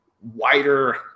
wider